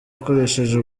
akoresheje